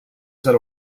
said